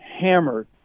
hammered